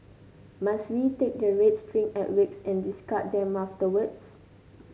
must we take the red string at wakes and discard them afterwards